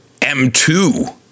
M2